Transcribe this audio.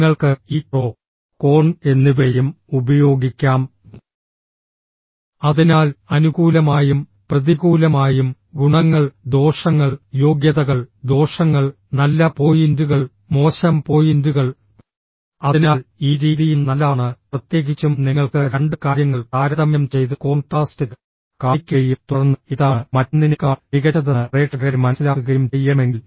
നിങ്ങൾക്ക് ഈ pro con എന്നിവയും ഉപയോഗിക്കാം അതിനാൽ അനുകൂലമായും പ്രതികൂലമായും ഗുണങ്ങൾ ദോഷങ്ങൾ യോഗ്യതകൾ ദോഷങ്ങൾ നല്ല പോയിന്റുകൾ മോശം പോയിന്റുകൾ അതിനാൽ ഈ രീതിയും നല്ലതാണ് പ്രത്യേകിച്ചും നിങ്ങൾക്ക് രണ്ട് കാര്യങ്ങൾ താരതമ്യം ചെയ്ത് കോൺട്രാസ്റ്റ് കാണിക്കുകയും തുടർന്ന് ഏതാണ് മറ്റൊന്നിനേക്കാൾ മികച്ചതെന്ന് പ്രേക്ഷകരെ മനസ്സിലാക്കുകയും ചെയ്യണമെങ്കിൽ